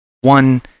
One